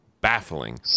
baffling